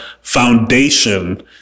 foundation